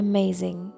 Amazing